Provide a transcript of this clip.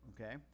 okay